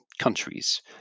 countries